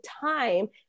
time